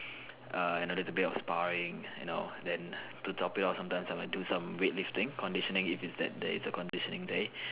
and a little bit of sparring you know then to top it off sometimes I will do some weightlifting conditioning if it's that there is a conditioning day